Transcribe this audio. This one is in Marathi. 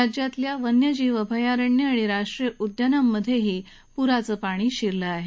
राज्यातल्या वन्यजीव अभयारण्य आणि राष्ट्रीय उद्यानांमध्ये पुराचं पाणी शिरलं आहे